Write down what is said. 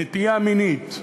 נטייה מינית,